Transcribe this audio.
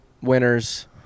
winners